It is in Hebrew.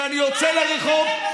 כשאני יוצא לרחוב?